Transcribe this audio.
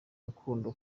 rukundo